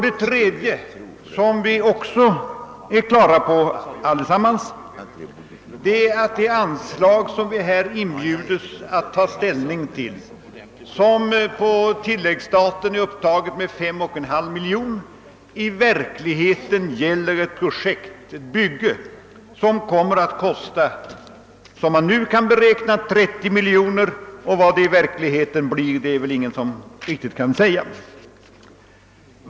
Det tredje som vi också allesammans är på det klara med är att det anslag, som vi nu inbjudes att ta ställning till och som på tilläggsstaten är upptaget med 5,5 miljoner kronor, gäller ett byggnadsprojekt vilket enligt vad som nu kan beräknas kommer att kosta 30 miljoner kronor. Vad summan i verkligheten kommer att sluta på är det väl ingen som kan säga.